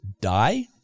die